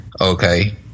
Okay